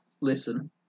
listen